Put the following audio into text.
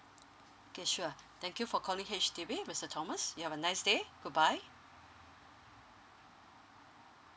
okay sure thank you for calling H_D_B mister thomas you have a nice day goodbye